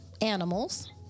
animals